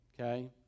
okay